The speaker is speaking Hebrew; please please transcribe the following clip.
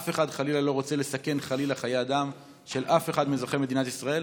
אף אחד חלילה לא רוצה לסכן חיי אדם של אף אחד מאזרחי מדינת ישראל.